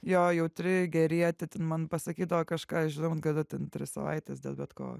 jo jautri gėrietė ten man pasakydavo kažką žliumbt galiu ten tris savaites dėl bet ko